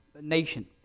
nation